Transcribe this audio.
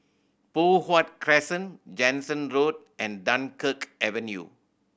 Poh Huat Crescent Jansen Road and Dunkirk Avenue